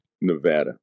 Nevada